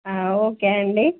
okay అండి